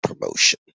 promotion